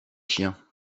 chien